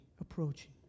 approaching